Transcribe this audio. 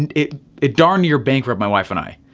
and it it darn near bankrupt my wife and i,